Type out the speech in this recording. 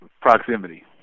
proximity